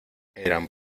eran